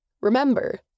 Remember